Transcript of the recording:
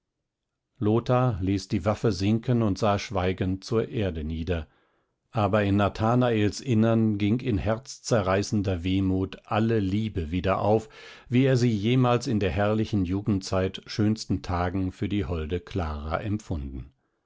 lothar ließ die waffe sinken und sah schweigend zur erde nieder aber in nathanaels innern ging in herzzerreißender wehmut alle liebe wieder auf wie er sie jemals in der herrlichen jugendzeit schönsten tagen für die holde clara empfunden